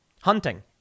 hunting